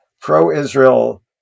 pro-Israel